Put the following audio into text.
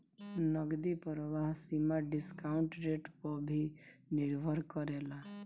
नगदी प्रवाह सीमा डिस्काउंट रेट पअ भी निर्भर करेला